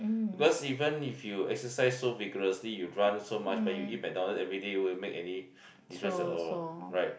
because even if you exercise so vigorously you run so much but you eat McDonald everyday it won't make any difference at all right